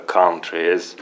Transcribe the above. countries